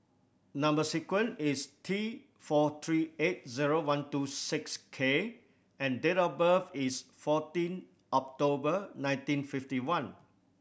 number sequence is T four three eight zero one two six K and date of birth is fourteen October nineteen fifty one